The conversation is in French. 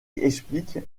explique